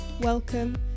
Welcome